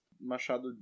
Machado